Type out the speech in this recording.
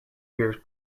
years